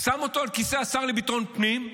שם אותו על כיסא השר לביטחון פנים,